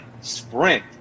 sprint